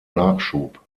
nachschub